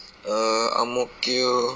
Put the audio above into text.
err ang mo kio